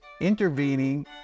intervening